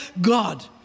God